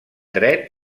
dret